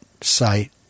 site